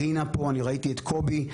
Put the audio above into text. רינה פה, ראיתי את קובי,